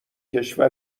کشور